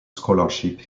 scholarship